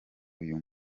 uyu